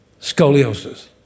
scoliosis